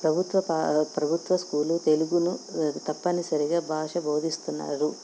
ప్రభుత్వ ప్రభుత్వ స్కూలు తెలుగును తప్పనిసరిగా భాష బోధిస్తున్నారు